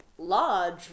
Large